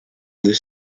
this